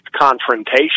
confrontation